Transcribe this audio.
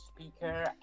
speaker